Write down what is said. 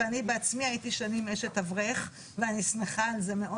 ואני בעצמי הייתי שנים אשת אברך ואני שמחה על זה מאוד.